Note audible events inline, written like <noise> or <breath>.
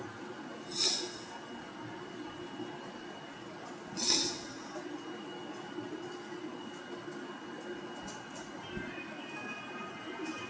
<breath>